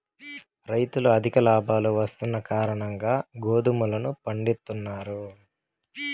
రైతులు అధిక లాభాలు వస్తున్న కారణంగా గోధుమలను పండిత్తున్నారు